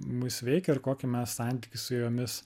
mus veikia ir kokį mes santykį su jomis